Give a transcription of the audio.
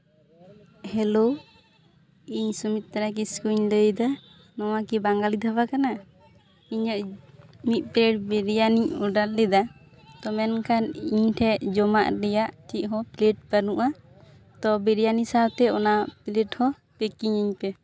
hello ᱤᱧ ᱥᱩᱢᱤᱛᱨᱟ ᱠᱤᱥᱠᱩᱧ ᱞᱟᱹᱭᱮᱫᱟ ᱱᱚᱶᱟᱠᱤ ᱵᱟᱝᱟᱞᱤ ᱫᱷᱟᱵᱟ ᱠᱟᱱᱟ ᱤᱧᱟᱹᱜ ᱤᱧᱟᱹᱜ ᱢᱤᱫ ᱯᱞᱮᱴ ᱵᱤᱨᱭᱟᱱᱤᱧ ᱚᱰᱟᱨ ᱞᱮᱫᱟ ᱛᱚ ᱢᱮᱱᱠᱷᱟᱱ ᱤᱧ ᱴᱷᱮᱡ ᱡᱚᱢᱟᱜ ᱨᱮᱭᱟᱜ ᱪᱮᱫᱦᱚᱸ ᱯᱞᱮᱴ ᱵᱟᱹᱱᱩᱜᱼᱟ ᱛᱚ ᱵᱤᱨᱭᱟᱱᱤ ᱥᱟᱶᱛᱮ ᱚᱱᱟ ᱯᱞᱮᱴ ᱦᱚᱸ ᱯᱮᱠᱤᱝ ᱟᱹᱧ ᱯᱮ